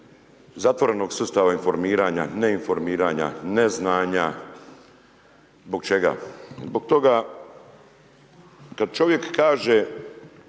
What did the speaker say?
zatvorenog sustava informiranja, neinformiranja, neznanja. Zbog čega? Zbog toga kad čovjek kaže